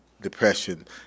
depression